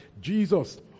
Jesus